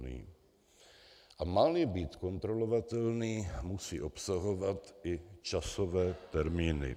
A máli být kontrolovatelný, musí obsahovat i časové termíny.